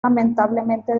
lamentablemente